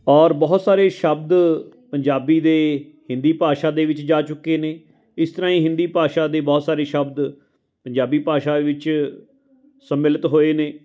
ਔਰ ਬਹੁਤ ਸਾਰੇ ਸ਼ਬਦ ਪੰਜਾਬੀ ਦੇ ਹਿੰਦੀ ਭਾਸ਼ਾ ਦੇ ਵਿੱਚ ਜਾ ਚੁੱਕੇ ਨੇ ਇਸ ਤਰ੍ਹਾਂ ਹੀ ਹਿੰਦੀ ਭਾਸ਼ਾ ਦੇ ਬਹੁਤ ਸਾਰੇ ਸ਼ਬਦ ਪੰਜਾਬੀ ਭਾਸ਼ਾ ਵਿੱਚ ਸੰਮਿਲਤ ਹੋਏ ਨੇ